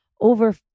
over